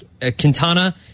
Quintana